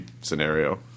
scenario